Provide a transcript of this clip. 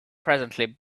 presently